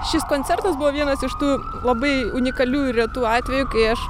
šis koncertas buvo vienas iš tų labai unikalių ir retų atvejų kai aš